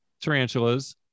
tarantulas